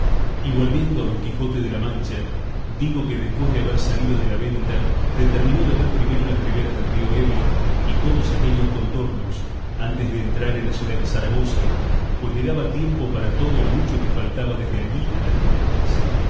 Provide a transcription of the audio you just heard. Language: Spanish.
y volviendo a don quijote de la mancha digo que después de haber salido de la venta determinó de ver primero las riberas del río ebro y todos aquellos contornos antes de entrar en la ciudad de zaragoza pues le daba tiempo para todo el mucho que faltaba desde allí a las justas